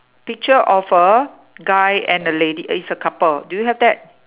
picture of a guy and a lady is a couple do you have that